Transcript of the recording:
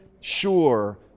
sure